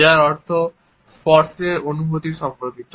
যার অর্থ স্পর্শের অনুভূতি সম্পর্কিত